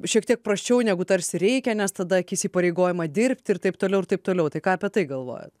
šiek tiek prasčiau negu tarsi reikia nes tada akis įpareigojama dirbti ir taip toliau ir taip toliau tai ką apie tai galvojat